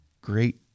great